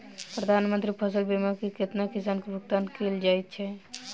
प्रधानमंत्री फसल बीमा की राशि केतना किसान केँ भुगतान केल जाइत है?